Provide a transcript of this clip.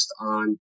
on